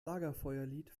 lagerfeuerlied